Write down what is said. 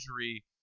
injury